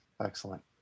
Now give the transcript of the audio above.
Excellent